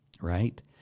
right